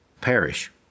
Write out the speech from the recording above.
perish